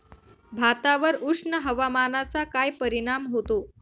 भातावर उष्ण हवामानाचा काय परिणाम होतो?